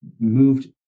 moved